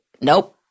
nope